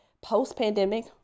post-pandemic